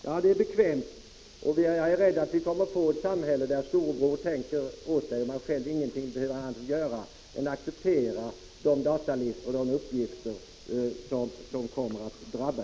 Men vi är rädda för att vi kommer att få ett samhälle där storebror tänker åt en och man själv inget annat behöver göra än att acceptera datalistorna och uppgifterna.